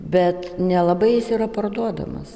bet nelabai jis yra parduodamas